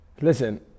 Listen